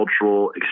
cultural